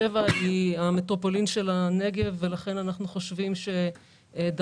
באר שבע היא המטרופולין של הנגב ולכן אנחנו חושבים שדרכה